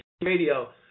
Radio